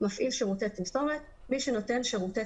"מפעיל שירותי תמסורת" מי שנותן שירותי